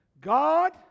God